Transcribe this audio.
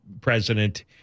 president